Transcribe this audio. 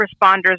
responders